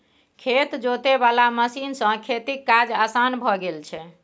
खेत जोते वाला मशीन सँ खेतीक काज असान भए गेल छै